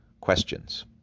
Questions